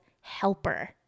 helper